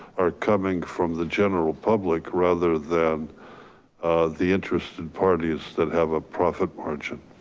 are coming from the general public rather than the interested parties that have a profit margin?